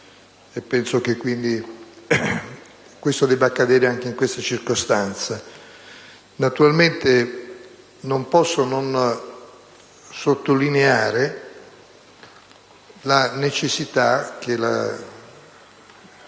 quindi che ciò debba accadere anche in questa circostanza. Naturalmente non posso non sottolineare la necessità che le